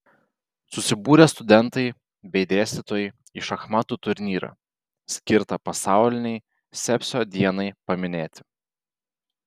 susibūrė studentai bei dėstytojai į šachmatų turnyrą skirtą pasaulinei sepsio dienai paminėti